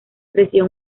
creció